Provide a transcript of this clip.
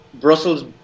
Brussels